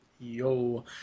Yo